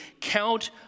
count